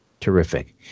Terrific